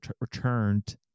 returned